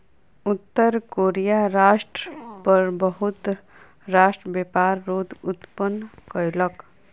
उत्तर कोरिया राष्ट्र पर बहुत राष्ट्र व्यापार रोध उत्पन्न कयलक